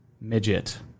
midget